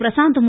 Prashanth மு